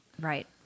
Right